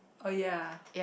oh ya